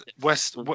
West